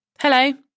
Hello